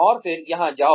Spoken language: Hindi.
और फिर यहाँ जाओ